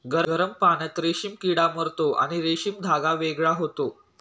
गरम पाण्यात रेशीम किडा मरतो आणि रेशीम धागा वेगळा होतो